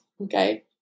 okay